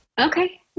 Okay